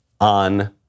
on